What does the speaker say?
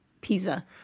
Pizza